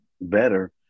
better